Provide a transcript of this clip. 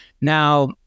Now